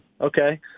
okay